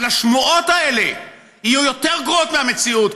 אבל השמועות האלה יהיו יותר גרועות מהמציאות,